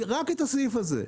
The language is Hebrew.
רק את הסעיף הזה,